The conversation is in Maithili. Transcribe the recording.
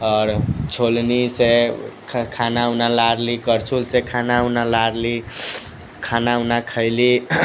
आओर छोलनीसँ खाना उना लारली कलछुलसँ खाना उना लारली खाना उना खैली